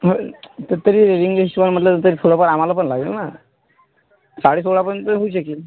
हो तर तरी हिशोबाने म्हटलं तरी थोडं फार आम्हाला पण लागेल ना साडेसोळापर्यंत होऊ शकेल